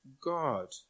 God